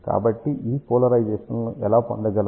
కాబట్టి ఈ పోలరైజేషన్ లను ఎలా పొందగలం